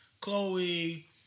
Chloe